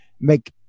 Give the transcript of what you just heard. make